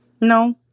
No